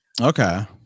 okay